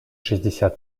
шестьдесят